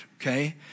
okay